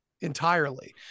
entirely